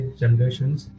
generations